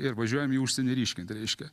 ir važiuojam į užsienį ryškint reiškia